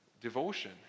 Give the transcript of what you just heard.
Devotion